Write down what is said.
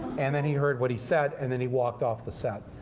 and then he heard what he said, and then he walked off the set.